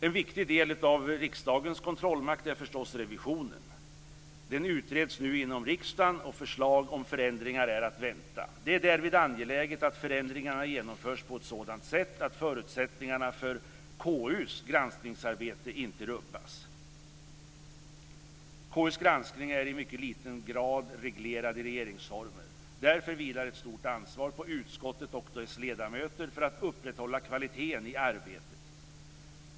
En viktig del av riksdagens kontrollmakt är förstås revisionen. Den utreds nu inom riksdagen, och förslag om förändringar är att vänta. Det är därvid angeläget att förändringarna genomförs på ett sådant sätt att förutsättningarna för KU:s granskningsarbete inte rubbas. KU:s granskning är i mycket liten grad reglerad i regeringsformen. Därför vilar ett stort ansvar på utskottet och dess ledamöter för att upprätthålla kvaliteten i arbetet.